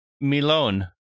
Milone